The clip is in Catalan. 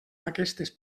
aquestes